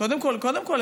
קודם כול,